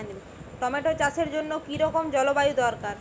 Tomato চাষের জন্য কি রকম জলবায়ু দরকার?